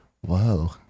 whoa